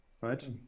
right